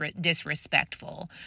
disrespectful